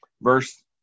Verse